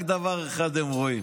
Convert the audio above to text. רק דבר אחד הם רואים.